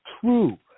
true